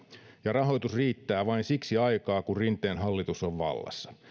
ja rahoitus riittää vain siksi aikaa kun rinteen hallitus on vallassa